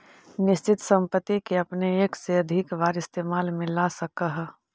निश्चित संपत्ति के अपने एक से अधिक बार इस्तेमाल में ला सकऽ हऽ